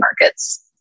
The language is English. markets